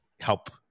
help